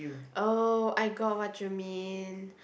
oh I got what you mean